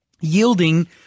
Yielding